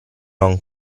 non